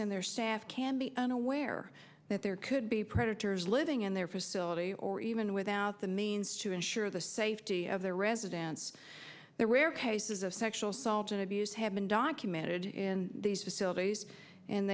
and their staff can be unaware that there could be predators living in their facility or even without the means to ensure the safety of their residents the rare cases of sexual assault and abuse have been documented in these